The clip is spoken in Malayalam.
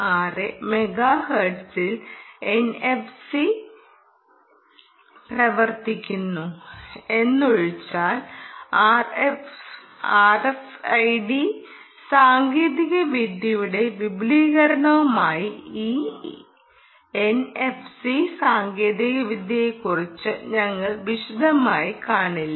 56 മെഗാഹെർട്സിൽ എൻഎഫ്സി പ്രവർത്തിക്കുന്നു എന്നതൊഴിച്ചാൽ ആർഎഫ്ഐഡി സാങ്കേതികവിദ്യയുടെ വിപുലീകരണമായതിനാൽ ഈ എൻഎഫ്സി സാങ്കേതികവിദ്യയെക്കുറിച്ച് ഞങ്ങൾ വിശദമായി കാണില്ല